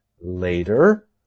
later